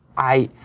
i,